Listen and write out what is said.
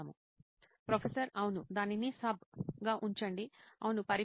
professor అవును దానిని సబ్గా ఉంచండి అవును పరిపూర్ణమైనది